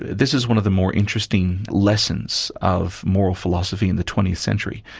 this is one of the more interesting lessons of moral philosophy in the twentieth century.